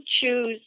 choose